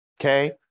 okay